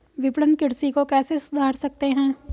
विपणन कृषि को कैसे सुधार सकते हैं?